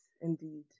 indeed